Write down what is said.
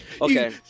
Okay